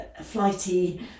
flighty